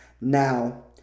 Now